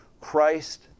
Christ